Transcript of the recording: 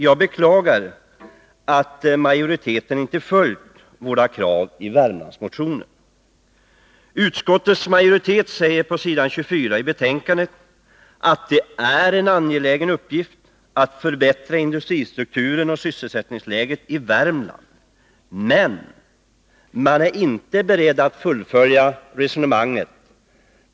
Jag beklagar att majoriteten inte följt våra krav i Värmlandsmotionen. Utskottets majoritet säger på s. 24 i betänkandet, att det är en angelägen uppgift att förbättra industristrukturen och sysselsättningsläget i Värmland, men man är inte beredd att fullfölja resonemanget.